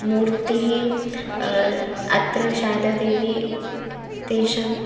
मूर्तिः अत्र शारदा देवी तेषां